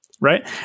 right